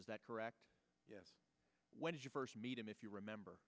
is that correct when did you first meet him if you remember